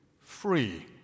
free